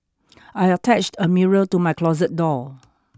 I attached a mirror to my closet door